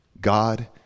God